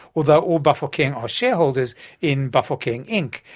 although all bafokeng are shareholders in bafokeng inc.